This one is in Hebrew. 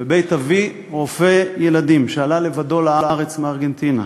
בבית אבי, רופא ילדים שעלה לבדו לארץ מארגנטינה,